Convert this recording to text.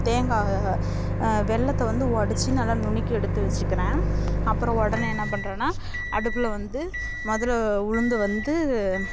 தேங்காவை வெல்லத்தை வந்து உடச்சி நல்லா நுணுக்கி எடுத்து வச்சுக்கிறேன் அப்புறம் உடனே என்ன பண்றேன்னால் அடுப்பில் வந்து முதல்ல உளுந்து வந்து